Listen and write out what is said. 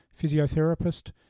physiotherapist